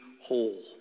whole